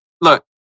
look